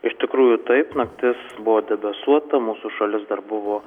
iš tikrųjų taip naktis buvo debesuota mūsų šalis dar buvo